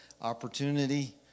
Opportunity